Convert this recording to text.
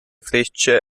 frecce